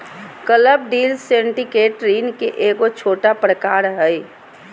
club deal syndicate ऋण के एगो छोटा प्रकार हय